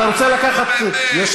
חבר